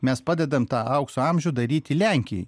mes padedam tą aukso amžių daryti lenkijai